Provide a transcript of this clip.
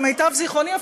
למיטב זיכרוני,